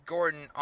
Gordon